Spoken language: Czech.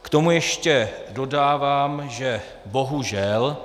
K tomu ještě dodávám, že bohužel.